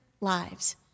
lives